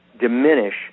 diminish